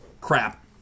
crap